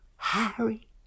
Harry